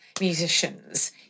musicians